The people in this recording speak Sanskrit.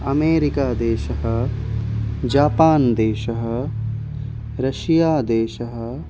अमेरिका देशः जापान् देशः रष्या देशः